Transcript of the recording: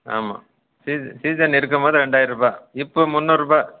ஆமாம் சீ சீசன் இருக்கும் போது ரெண்டாயிருபா இப்போ முந்நூறுபா